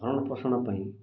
ଭରଣ ପୋଷଣ ପାଇଁ